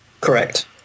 Correct